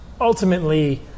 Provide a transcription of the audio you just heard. Ultimately